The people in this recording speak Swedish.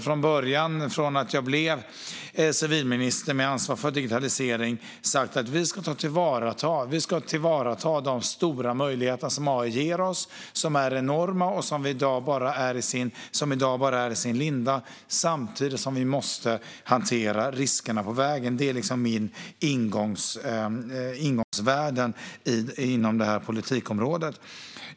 Från början när jag blev civilminister med ansvar för digitalisering har jag sagt att vi ska ta till vara de stora möjligheterna som AI ger oss. De är enorma och är i dag bara i sin linda. Samtidigt måste vi hantera riskerna på vägen. Det är mina ingångsvärden inom det här politikområdet.